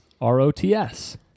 R-O-T-S